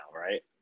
right